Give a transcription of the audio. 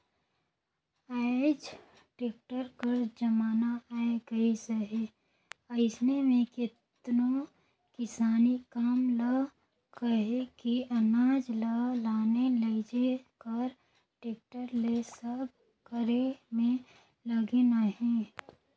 आएज टेक्टर कर जमाना आए गइस अहे अइसे में केतनो किसानी काम ल कहे कि अनाज ल लाने लेइजे कर टेक्टर ले सब करे में लगिन अहें